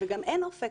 גם אין אופק.